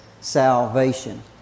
salvation